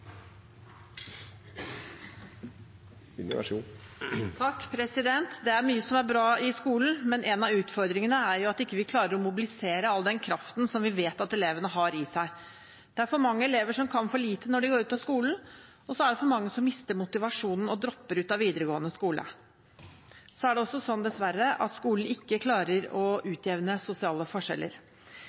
bra i skolen, men en av utfordringene er at vi ikke klarer å mobilisere all den kraften som vi vet at elevene har i seg. Det er for mange elever som kan for lite når de går ut av skolen, og det er for mange som mister motivasjonen og dropper ut av videregående skole. Det er dessverre også sånn at skolen ikke klarer å utjevne sosiale forskjeller.